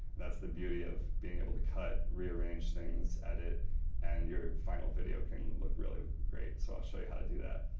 that's the beauty of being able to cut, rearrange things, edit and your final video can look really great so i'll show you how to do that.